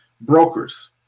brokers